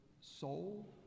soul